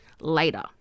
later